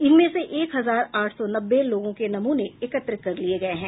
इनमें से एक हजार आठ सौ नब्बे लोगों के नमूने एकत्र कर लिये गये हैं